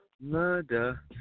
Murder